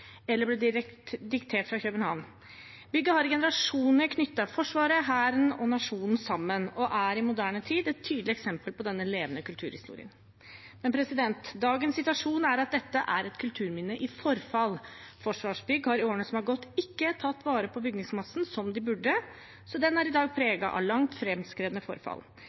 eller ble diktert fra København. Bygget har i generasjoner knyttet Forsvaret, Hæren og nasjonen sammen og er i moderne tid et tydelig eksempel på denne levende kulturhistorien. Dagens situasjon er at dette er et kulturminne i forfall. Forsvarsbygg har i årene som har gått, ikke tatt vare på bygningsmassen som de burde, så den er i dag preget av langt framskredent forfall.